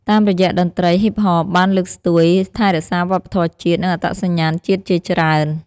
តាមរយៈតន្ត្រីហ៊ីបហបបានលើកស្ទួយ ថែរក្សាវប្បធម៌ជាតិ និងអត្តសញ្ញាណជាតិជាច្រើន។